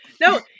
No